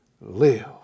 live